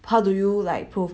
how do you like prove